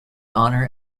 honour